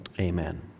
Amen